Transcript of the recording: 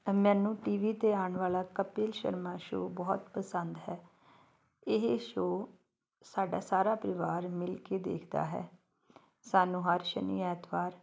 ਮੈਨੂੰ T V 'ਤੇ ਆਉਣ ਵਾਲਾ ਕਪਿਲ ਸ਼ਰਮਾ ਸ਼ੋਅ ਬਹੁਤ ਪਸੰਦ ਹੈ ਇਹ ਸ਼ੋਅ ਸਾਡਾ ਸਾਰਾ ਪਰਿਵਾਰ ਮਿਲ ਕੇ ਦੇਖਦਾ ਹੈ ਸਾਨੂੰ ਹਰ ਸ਼ਨੀ ਐਤਵਾਰ